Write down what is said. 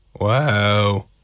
Wow